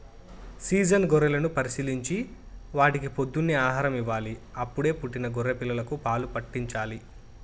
season గొర్రెలను పరిశీలించి వాటికి పొద్దున్నే ఆహారం ఇవ్వాలి, అప్పుడే పుట్టిన గొర్రె పిల్లలకు పాలు పాట్టించాలి